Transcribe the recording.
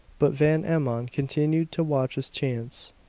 but van emmon continued to watch his chance.